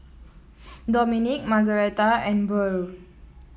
Domenic Margaretha and Burr